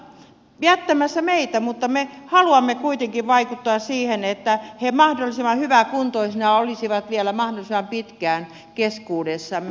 nyt veteraanit ovat jättämässä meitä mutta me haluamme kuitenkin vaikuttaa siihen että he mahdollisimman hyväkuntoisina olisivat vielä mahdollisimman pitkään keskuudessamme